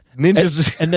Ninjas